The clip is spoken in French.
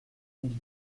mille